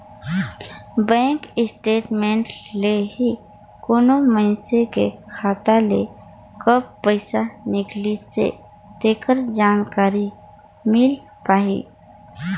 bank statement ले ही कोनो मइनसे के खाता ले कब पइसा निकलिसे तेखर जानकारी मिल पाही